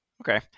Okay